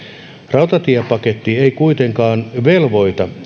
rautatiepaketti ei kuitenkaan velvoita